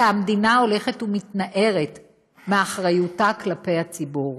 כי המדינה הולכת ומתנערת מאחריותה כלפי הציבור.